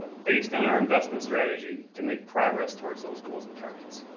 based on our investment strategy to make progress towards those goals and targets